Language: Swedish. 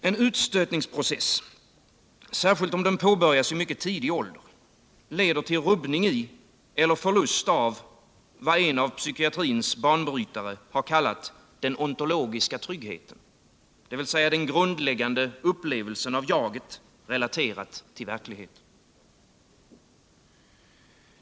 En utstötningsprocess, särskilt om den påbörjas i mycket tidig ålder, leder till rubbning i eller förlust av vad en av psykiatrins banbrytare har kallat ”den ontologiska tryggheten”, dvs. den grundläggande upplevelsen av jaget, 161 relaterat till verkligheten.